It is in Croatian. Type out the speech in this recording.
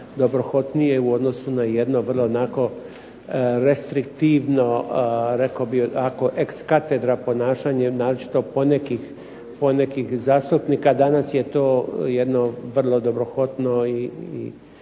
dobrohotnije u odnosu na jedno vrlo onako restriktivno, rekao bih ovako ex catedra ponašanje, naročito ponekih zastupnika. Danas je to jedno vrlo dobrohotno i